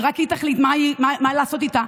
ורק היא תחליט מה לעשות איתה.